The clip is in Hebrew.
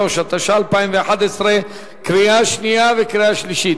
63), התשע"א 2011, קריאה שנייה וקריאה שלישית.